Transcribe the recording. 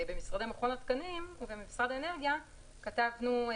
במשרדי מכון התקנים ובמשרד האנרגיה" כתבנו: